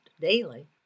daily